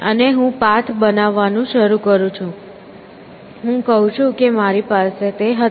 અને હું પાથ બનાવવાનું શરૂ કરું છું હું કહું છું કે મારી પાસે હતો